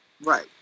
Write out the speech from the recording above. Right